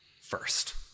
first